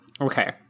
okay